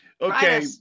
Okay